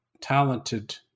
talented